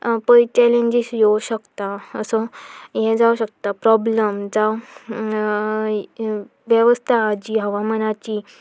पय चॅलेंजीस येवं शकता असो हें जावं शकता प्रोब्लम जावं वेवस्था हाजी हवामानाची